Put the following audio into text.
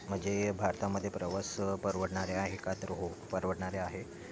म्हणजे भारतामध्ये प्रवास परवडणारे आहे का तर हो परवडणारे आहे